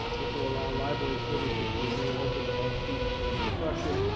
this will allow library services to remain open to all students during construction.